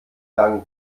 dank